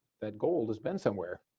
that gold has been somewhere.